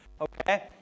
Okay